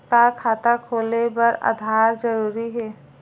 का खाता खोले बर आधार जरूरी हे?